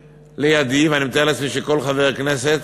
אלי, ואני מתאר לעצמי שכל חבר כנסת